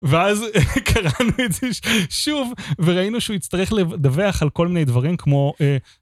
ואז קראנו את זה שוב וראינו שהוא יצטרך לדווח על כל מיני דברים כמו...